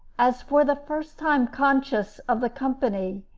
as for the first time conscious of the company,